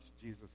Jesus